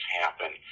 happen